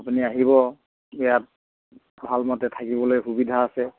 আপুনি আহিব ইয়াত ভালমতে থাকিবলৈ সুবিধা আছে